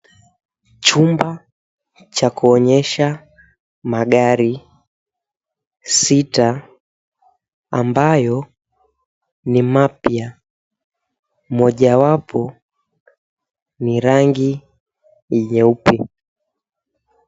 Chumba cha kuonyesha magari sita ambayo ni mapya mojawapo ni rangi nyeupe.